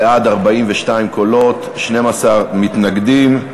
בעד, 42 קולות, 12 מתנגדים.